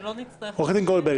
ולא נצטרך --- עורכת הדין גולדברג,